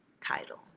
title